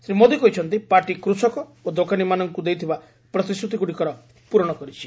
ଶ୍ରୀ ମୋଦୀ କହିଛନ୍ତି ପାର୍ଟି କୃଷକ ଓ ଦୋକାନିମାନଙ୍କୁ ଦେଇଥିବା ପ୍ରତିଶ୍ରୁତିଗୁଡ଼ିକର ପୂର୍ବଶ କରିଛି